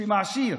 שמעשיר.